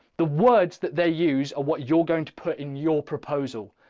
the words that they use are what you're going to put in your proposal,